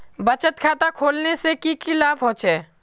बचत खाता खोलने से की की लाभ होचे?